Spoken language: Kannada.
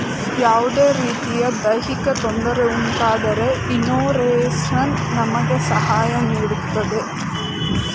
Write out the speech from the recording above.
ಯಾವುದೇ ರೀತಿಯ ದೈಹಿಕ ತೊಂದರೆ ಉಂಟಾದರೆ ಇನ್ಸೂರೆನ್ಸ್ ನಮಗೆ ಸಹಾಯ ನೀಡುತ್ತೆ